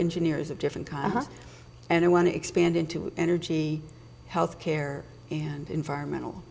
engineers of different kinds and i want to expand into energy health care environmental